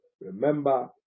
Remember